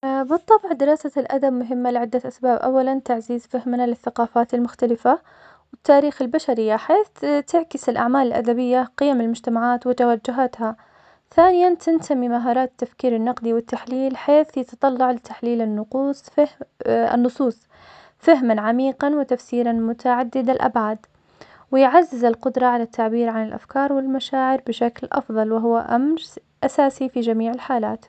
بالطبع دراسة الأدب مهمة لعده أسباب, أولاً, تعزيز فهمنا للثقافات المختلفة, ولتاريخ البشرية, حيث تعكس الأعمال الأدبية قيم المجتمعات وتوجهاتها, ثانياً, تنتمي مهارات تفكير النقدي والتحليل, حيث يتطلع لحليل النقوص- فه- النصوص فهم العميقا وتفسيراً متعدد الأبعاد, ويعزز القدرة على التعبير عن الأفكار والمشاعر بشكل أفضل, وهو امس -أمر- أساسي في جميع الحالات.